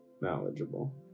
knowledgeable